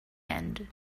end